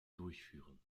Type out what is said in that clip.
durchführen